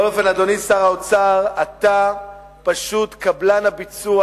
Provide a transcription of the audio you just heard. בכל אופן, אדוני שר האוצר, אתה פשוט קבלן הביצוע